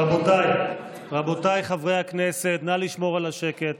רבותיי חברי הכנסת, נא לשמור על השקט.